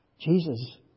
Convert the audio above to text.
Jesus